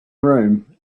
room